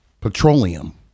Petroleum